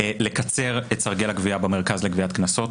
לקצר את סרגל הגבייה במרכז לגביית קנסות.